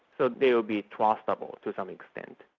they'll they'll be trustable to some extent.